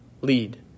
lead